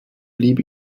blieb